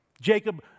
Jacob